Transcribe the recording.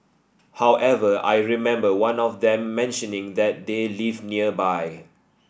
however I remember one of them mentioning that they live nearby